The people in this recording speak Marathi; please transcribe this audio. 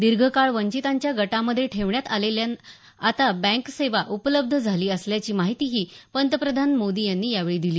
दीर्घ काळ वंचितांच्या गटामधे ठेवण्यात आलेल्यांना आता बँक सेवा उपलब्ध झाली असल्याची माहितीही पंतप्रधान मोदी यांनी यावेळी दिली